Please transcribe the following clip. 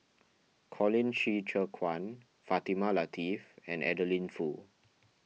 Colin Qi Zhe Quan Fatimah Lateef and Adeline Foo